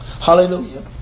Hallelujah